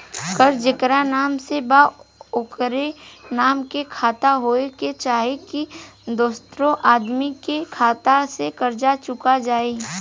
कर्जा जेकरा नाम से बा ओकरे नाम के खाता होए के चाही की दोस्रो आदमी के खाता से कर्जा चुक जाइ?